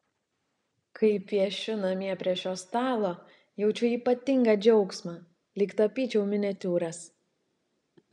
kai piešiu namie prie šio stalo jaučiu ypatingą džiaugsmą lyg tapyčiau miniatiūras